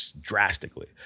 drastically